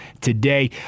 today